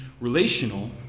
relational